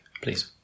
please